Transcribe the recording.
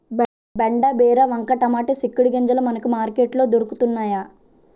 బెండ బీర వంగ టమాటా సిక్కుడు గింజలు మనకి మార్కెట్ లో దొరకతన్నేయి